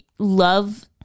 Love